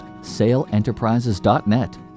SaleEnterprises.net